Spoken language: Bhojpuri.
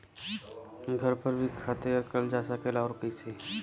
घर पर भी खाद तैयार करल जा सकेला और कैसे?